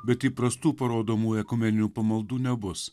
bet įprastų parodomųjų ekumeninių pamaldų nebus